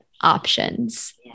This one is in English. options